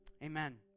Amen